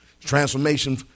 Transformation